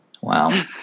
Wow